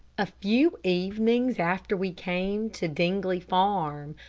a few evenings after we came to dingley farm,